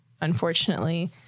unfortunately